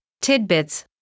tidbits